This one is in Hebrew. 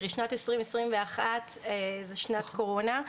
שנת 2020-2021 היתה שנת קורונה.